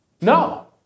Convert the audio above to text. No